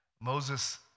Moses